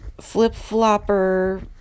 flip-flopper